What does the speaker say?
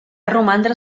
romandre